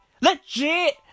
Legit